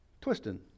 twisting